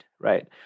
right